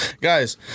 Guys